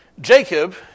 Jacob